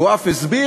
הוא אף הסביר,